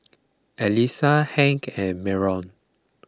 Elisa Hank and Myron